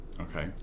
Okay